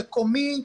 מקומי,